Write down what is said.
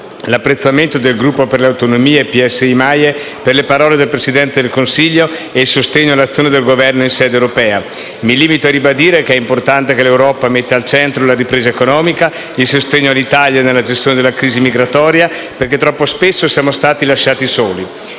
l'apprezzamento del Gruppo Per le Autonomie-PSI-MAIE per le parole del Presidente del Consiglio e il sostegno all'azione del Governo in sede europea. Mi limito a ribadire che è importante che l'Europa metta al centro la ripresa economica, il sostegno all'Italia nella gestione della crisi migratoria, perché troppo spesso siamo stati lasciati soli.